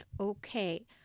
okay